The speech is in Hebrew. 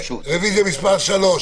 מי בעד הרוויזיה על הסתייגות מס' 3?